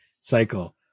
cycle